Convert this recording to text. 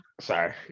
sorry